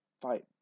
fight